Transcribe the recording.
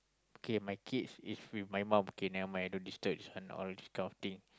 kay my kids is with my mum okay never mind don't disturb this one of this kind of thing